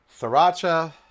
sriracha